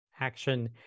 action